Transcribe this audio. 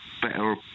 better